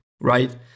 right